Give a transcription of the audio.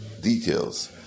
details